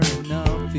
enough